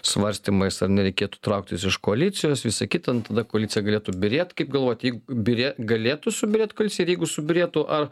svarstymais ar nereikėtų trauktis iš koalicijos visa kita nu tada koalicija galėtų byrėt kaip galvojat jeigu byrė galėtų subyrėt koalicija ir jeigu subyrėtų ar